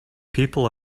people